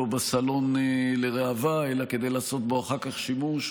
בסלון לראווה אלא כדי לעשות בו אחר כך שימוש.